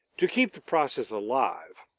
to keep the process alive,